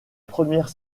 première